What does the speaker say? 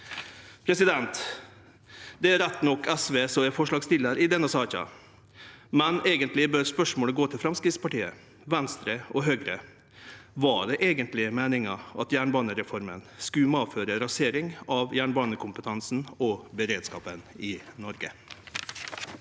infrastruktur. Det er rett nok SV som er forslagsstillar i denne saka, men eigentleg bør spørsmålet gå til Framstegspartiet, Venstre og Høgre: Var det eigentleg meininga at jernbanereforma skulle medføre rasering av jernbanekompetansen og beredskapen i Noreg?